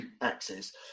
access